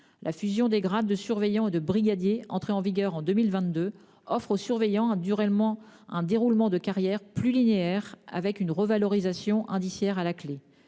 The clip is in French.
La fusion des grades de surveillant et de brigadier entrée en vigueur en 2022 offre aux surveillants un déroulement de carrière plus linéaire, avec une revalorisation indiciaire à la clé.